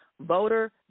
voter